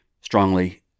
strongly